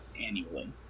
annually